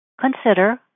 Consider